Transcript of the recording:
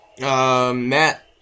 Matt